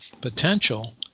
potential